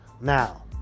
Now